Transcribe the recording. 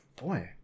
Boy